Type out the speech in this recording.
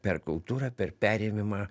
per kultūrą per perėmimą